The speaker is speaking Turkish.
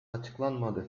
açıklanmadı